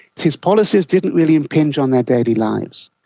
his policies didn't really impinge on their daily lives.